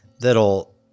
that'll